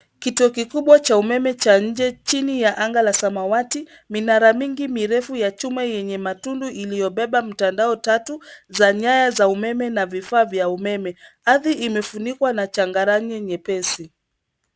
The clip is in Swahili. Kituo kikubwa cha umeme cha nje chini ya anga la samawati. Minara mingi mirefu ya chuma yenye matundu iliyobeba mtandao tatu; za nyaya, za umeme, na vifaa vya umeme. Ardhi imefunikwa na changaranye nyepesi.